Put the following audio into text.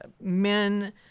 men